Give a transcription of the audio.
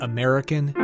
American